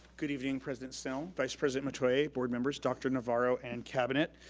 good evening, president snell, vice president metoyer, board members, dr. navarro and cabinet.